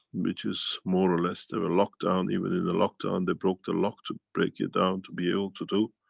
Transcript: which is more or less they were locked-down. even in the lock-down, they broke the lock to break it down, to be able to do.